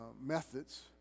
methods